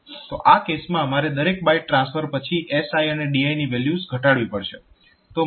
તો આ કેસમાં મારે દરેક બાઈટ ટ્રાન્સફર પછી SI અને DI ની વેલ્યુઝ ઘટાડવી પડશે